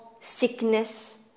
sickness